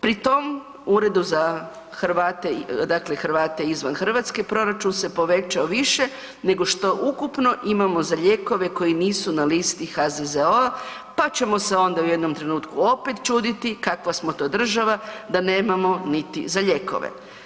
Pri tom, Uredu za Hrvate, dakle, Hrvate izvan Hrvatske, proračun se povećao više nego što ukupno imamo za lijekove koji nisu na listi HZZO-a, pa ćemo se onda u jednom trenutku opet čuditi kakva smo to država da nemamo niti za lijekove.